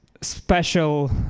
special